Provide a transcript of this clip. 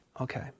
Okay